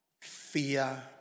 fear